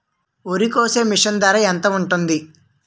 వరి కోసే మిషన్ ధర ఎంత ఉంటుంది?